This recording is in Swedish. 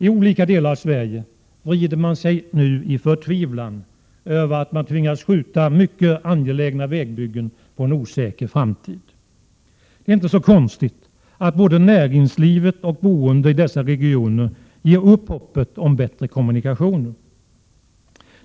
I olika delar av Sverige vrider man sig nu i förtvivlan över att man tvingas skjuta mycket angelägna vägbyggen på en osäker framtid. Det är inte så konstigt att både näringslivet och boende i dessa regioner ger upp hoppet om bättre kommunikationer.